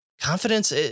Confidence